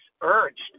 urged